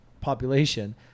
population